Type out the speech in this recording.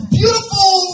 beautiful